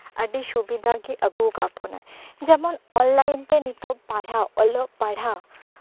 ᱟᱹᱰᱤ ᱥᱩᱵᱤᱫᱷᱟᱜᱮ ᱟᱹᱜᱩ ᱟᱠᱟᱫ ᱵᱚᱱᱟᱭ ᱡᱮᱢᱚᱱ ᱚᱱᱞᱟᱭᱤᱱ ᱛᱮ ᱱᱤᱛᱚᱜ ᱯᱟᱲᱦᱟᱣ ᱚᱞᱚᱜ ᱯᱟᱲᱦᱟᱣ